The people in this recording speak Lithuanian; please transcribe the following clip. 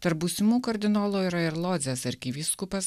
tarp būsimų kardinolų yra ir lodzės arkivyskupas